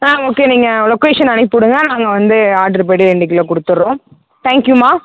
ஆ okay நீங்கள் location அனுப்பி விடுங்க நாங்கள் வந்து ஆர்டர் படி ரெண்டு கிலோ கொடுத்துட்றோம் தேங்க் யூம்மா